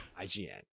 IGN